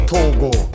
Togo